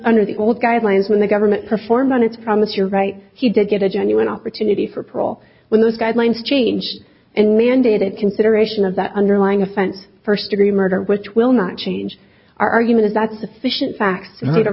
under the old guidelines when the government performed on its promise you're right he did get a genuine opportunity for parole when those guidelines change and mandated consideration of that underlying offense first degree murder which will not change our argument is that sufficient facts a